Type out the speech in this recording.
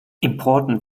important